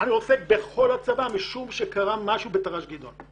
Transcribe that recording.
אני עוסק בכל הצבא משום שקרה משהו בתר"ש גדעון.